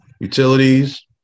utilities